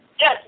Yes